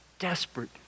desperate